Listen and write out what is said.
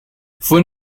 fue